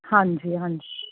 ਹਾਂਜੀ ਹਾਂਜੀ